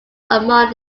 among